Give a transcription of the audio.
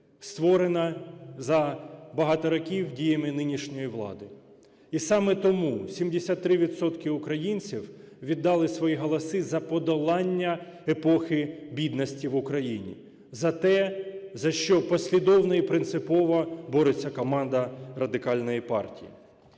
створена за багато років діями нинішньої влади, і саме тому 73 відсотки українців віддали свої голоси за подолання епохи бідності в Україні, за те, за що послідовно і принципово бореться команда Радикальної партії.